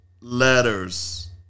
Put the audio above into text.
letters